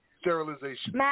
Sterilization